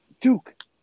Duke